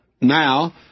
Now